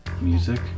music